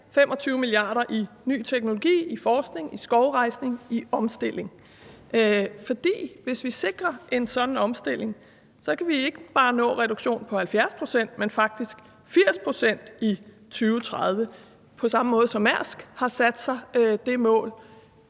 25 mia. kr. i ny teknologi, i forskning, i skovrejsning og i omstilling, for hvis vi sikrer en sådan omstilling, kan vi ikke bare nå en reduktion på 70 pct., men faktisk på 80 pct. i 2030 – på samme måde, som Mærsk har sat sig det mål.